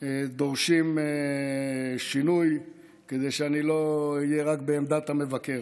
דורשים שינוי כדי שאני לא אהיה רק בעמדת המבקר.